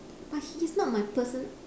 but he is not my person~